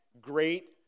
great